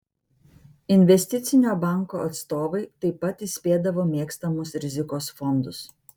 investicinio banko atstovai taip pat įspėdavo mėgstamus rizikos fondus